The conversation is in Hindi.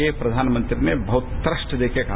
ये प्रधानमंत्री ने बहुत ही तृष्ट देकर कहा